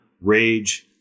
rage